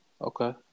Okay